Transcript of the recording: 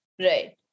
right